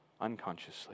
unconsciously